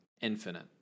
infinite